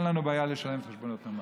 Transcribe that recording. אין לנו בעיה לשלם את חשבונות המים.